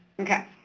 Okay